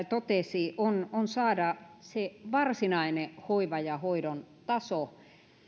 totesi on on saada se varsinaisen hoivan ja hoidon taso